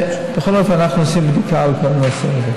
בכל אופן, אנחנו עושים בדיקה של כל הנושא הזה.